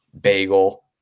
Bagel